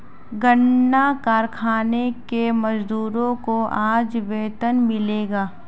गन्ना कारखाने के मजदूरों को आज वेतन मिलेगा